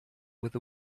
with